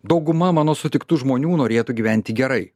dauguma mano sutiktų žmonių norėtų gyventi gerai